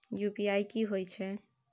UPI की होय छै?